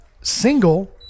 single